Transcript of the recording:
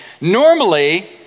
normally